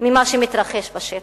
ממה שמתרחש בשטח.